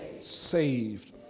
saved